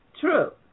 true